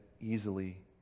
easily